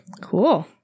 Cool